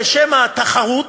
בשם התחרות,